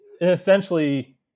essentially